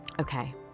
Okay